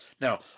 Now